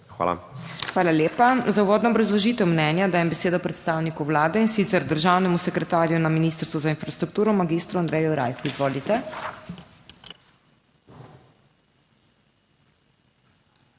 HOT: Hvala lepa. Za uvodno obrazložitev mnenja dajem besedo predstavniku Vlade, in sicer državnemu sekretarju na Ministrstvu za infrastrukturo, magistru Andreju Rajhu, izvolite.